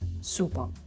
Super